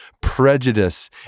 prejudice